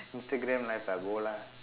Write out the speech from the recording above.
Instagram live ah go lah